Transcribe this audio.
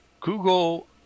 Google